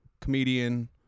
comedian